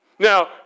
Now